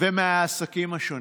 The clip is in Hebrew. ומהעסקים השונים.